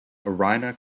irina